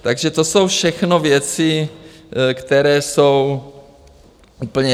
Takže to jsou všechno věci, které jsou úplně jasné.